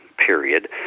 Period